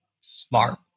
smart